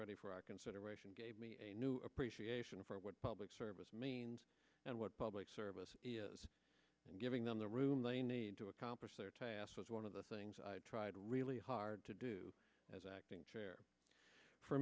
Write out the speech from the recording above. ready for our consideration gave me a new appreciation for what public service means and what public this is giving them the room they need to accomplish their task was one of the things i tried really hard to do as acting chair for